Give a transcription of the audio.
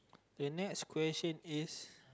the next question is